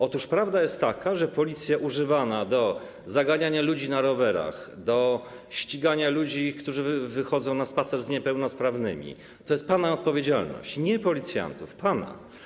Otóż prawda jest taka, że to, że policja jest używana do zaganiania ludzi na rowerach, do ścigania ludzi, którzy wychodzą na spacer z niepełnosprawnymi, to jest pana odpowiedzialność, nie policjantów, pana.